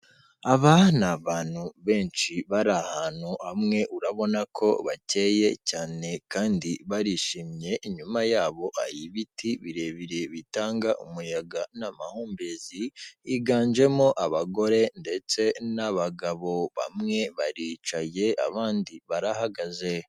Aba ni abantu benshi bari ahantu hamwe, urabona ko bakeye cyane kandi barishimye, inyuma yabo hari ibiti birebire bitanga umuyaga n'amahumbezi. Higanjemo abagore ndetse n'abagabo, bamwe baricaye abandi barahagaze.